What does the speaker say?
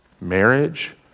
marriage